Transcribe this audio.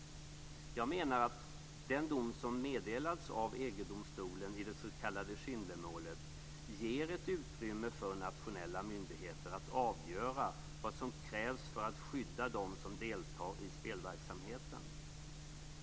Jag menar att den dom som meddelats av EG domstolen i det s.k. Schindlermålet ger ett utrymme för nationella myndigheter att avgöra vad som krävs för att skydda dem som deltar i spelverksamheten.